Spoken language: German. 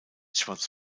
schwarz